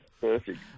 Perfect